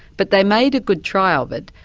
but they made a good try of it,